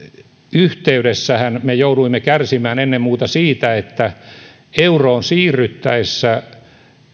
yhteydessähän me jouduimme kärsimään ennen muuta siitä että euroon siirryttäessä